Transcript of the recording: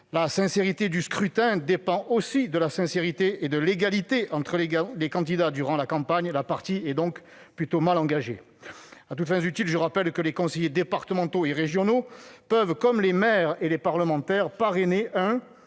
La sincérité du scrutin dépend aussi de la sincérité et de l'égalité entre les candidats durant la campagne : la partie est donc plutôt mal engagée. À toutes fins utiles, je rappelle que les conseillers départementaux et régionaux peuvent, comme les maires et les parlementaires, parrainer un